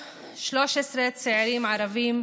אתה זה שלמול הצוותים הרפואיים,